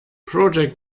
project